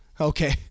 Okay